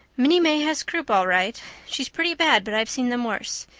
minnie may has croup all right she's pretty bad, but i've seen them worse.